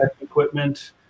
equipment